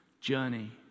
journey